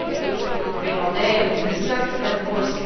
but which we can debate all day, and we can discuss. but then, of course,